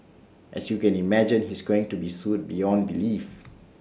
as you can imagine he's going to be sued beyond belief